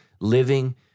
living